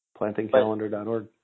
Plantingcalendar.org